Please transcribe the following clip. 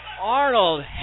Arnold